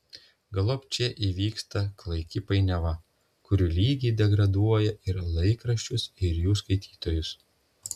galop čia įvyksta klaiki painiava kuri lygiai degraduoja ir laikraščius ir jų skaitytojus